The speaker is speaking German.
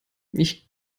ich